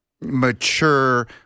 mature